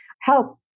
help